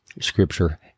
scripture